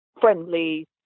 friendly